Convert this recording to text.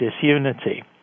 disunity